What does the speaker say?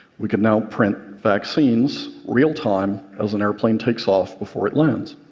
we can now print vaccines real time as an airplane takes off before it lands.